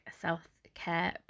self-care